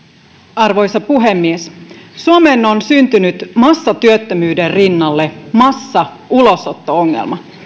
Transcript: arvoisa puhemies suomeen on syntynyt massatyöttömyyden rinnalle massaulosotto ongelma